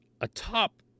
atop